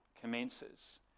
commences